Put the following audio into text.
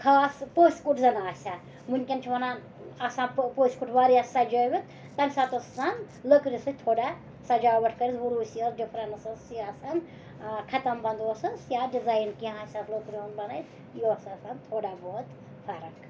خاص پٔژھۍ کُٹھ زَن آسہِ ہا وٕنۍکٮ۪ن چھِ وَنان آسان پٔژھۍ کُٹھ واریاہ سَجٲوِتھ تَمہِ ساتہٕ ٲس آسان لٔکرِ سۭتۍ تھوڑا سَجاوَٹھ کٔرِتھ وُروٗسی ٲس ڈِفرَنس ٲس یہِ آسان ختم بنٛد اوسُس یا ڈِزایِن کینٛہہ آسہِ ہا لٔکرِ ہُنٛد بَنٲیِتھ یہِ اوس آسان تھوڑا بہت فرق